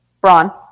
Braun